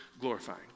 glorifying